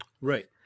Right